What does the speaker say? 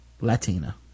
Latina